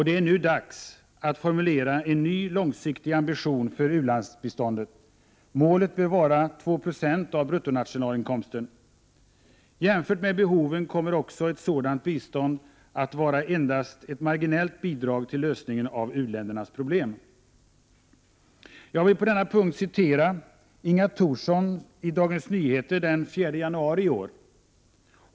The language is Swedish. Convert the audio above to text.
Det är nu dags att formulera en ny långsiktig ambition för u-landsbiståndet. Målet bör vara 2 26 av bruttonationalinkomsten. Jämfört med behoven kommer också ett sådant bistånd att vara endast ett marginellt bidrag till lösningen av u-ländernas problem. Jag vill på denna punkt citera Inga Thorsson i Dagens Nyheter den 4 januari i år.